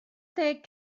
deg